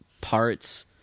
parts